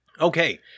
Okay